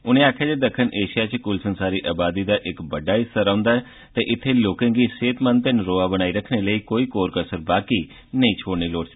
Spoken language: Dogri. उनें आक्खेआ जे दक्खन एशिया च कुल संसारी अबादी दा इक बड्डा हिस्सा रौंदा ऐ ते इत्थे लोकें गी सेहतमंद बनाई रखने लेई कोई कोर कसर बाकी नेई छोड़नी चाही दी